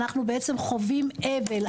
אנחנו בעצם חווים אבל,